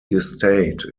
estate